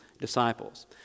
disciples